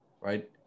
right